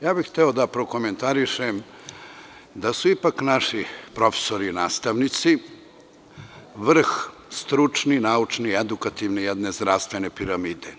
Hteo bih da prokomentarišem da su ipak naši profesori, nastavnici, vrh stručni, naučni, edukativni jedne zdravstvene piramide.